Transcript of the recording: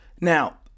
Now